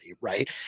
right